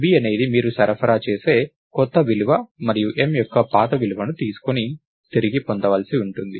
v అనేది మీరు సరఫరా చేసే కొత్త విలువ మరియు m యొక్క పాత విలువను తిరిగి పొందవలసి ఉంటుంది